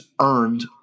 earned